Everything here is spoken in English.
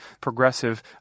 progressive